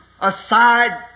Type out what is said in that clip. aside